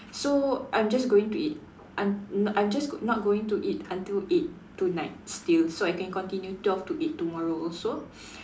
so I'm just going to eat I'm I'm just not going to eat until eight tonight still so I can continue twelve to eight tomorrow also